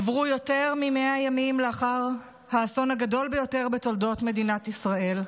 עברו יותר מ-100 ימים מהאסון הגדול ביותר בתולדות מדינת ישראל,